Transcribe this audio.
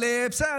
אבל בסדר,